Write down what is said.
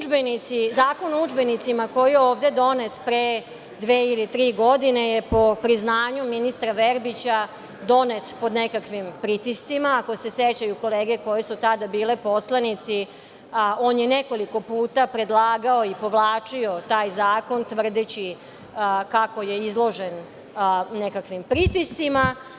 Zakon o udžbenicima koji je ovde donet pre dve ili tri godine je po priznanju ministra Verbića donet pod nekakvim pritiscima, ako se sećaju kolege koje su tada bili poslanici, a on je nekoliko puta predlagao i povlačio taj zakon tvrdeći kako je izložen nekakvim pritiscima.